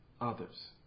Others